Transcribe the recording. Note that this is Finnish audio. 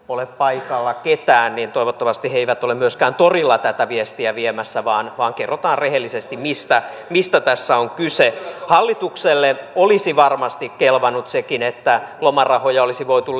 ole paikalla ketään niin toivottavasti he eivät ole myöskään torilla tätä viestiä viemässä vaan vaan kerrotaan rehellisesti mistä mistä tässä on kyse hallitukselle olisi varmasti kelvannut sekin että lomarahoja olisi voitu